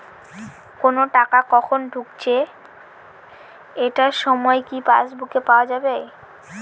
কোনো টাকা কখন ঢুকেছে এটার সময় কি পাসবুকে পাওয়া যাবে?